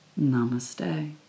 Namaste